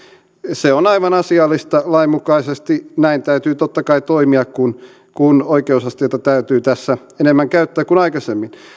se on aivan asiallista lain mukaisesti näin täytyy totta kai toimia kun kun oikeusasteita täytyy tässä enemmän käyttää kuin aikaisemmin